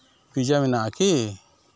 pizza ᱢᱮᱱᱟᱜᱼᱟᱠᱤ